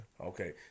Okay